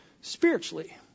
spiritually